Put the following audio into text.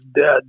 dead